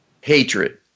hatred